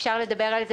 אפשר לדבר על זה,